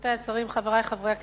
רבותי השרים, חברי חברי הכנסת,